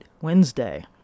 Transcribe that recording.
Wednesday